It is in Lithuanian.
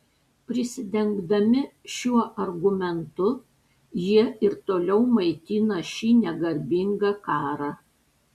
prisidengdami šiuo argumentu jie ir toliau maitina šį negarbingą karą